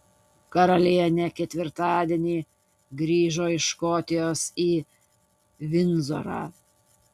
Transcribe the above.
karalienė ketvirtadienį grįžo iš škotijos į vindzorą